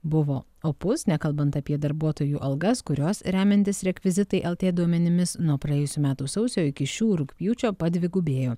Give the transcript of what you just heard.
buvo opus nekalbant apie darbuotojų algas kurios remiantis rekvizitai lt duomenimis nuo praėjusių metų sausio iki šių rugpjūčio padvigubėjo